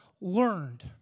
learned